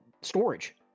storage